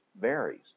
varies